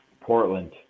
Portland